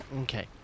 Okay